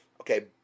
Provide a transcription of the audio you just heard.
Okay